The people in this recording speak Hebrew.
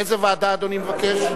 איזו ועדה אדוני מבקש?